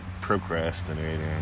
procrastinating